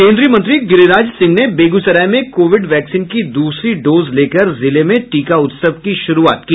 केन्द्रीय मंत्री गिरिराज सिंह ने बेगूसराय में कोविड वैक्सीन की द्रसरी डोज लेकर जिले में टीका उत्सव की शुरूआत की